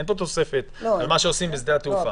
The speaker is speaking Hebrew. אין פה תוספת על מה שעושים בשדה התעופה.